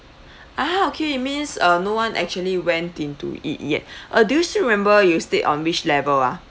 ah okay it means uh no one actually went into it yet uh do you still remember you stayed on which level ah